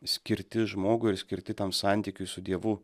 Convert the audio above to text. skirti žmogui ir skirti tam santykiui su dievu